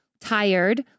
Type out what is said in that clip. tired